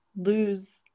lose